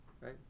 Right